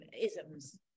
isms